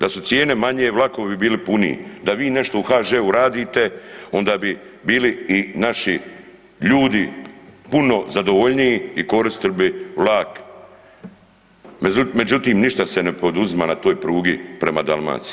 Da su cijene manje vlakovi bi bili puniji, da vi nešto u HŽ-u radite onda bi bili i naši ljudi puno zadovoljniji i koristili bi vlak, međutim ništa se ne poduzima na toj prugi prema Dalmaciji.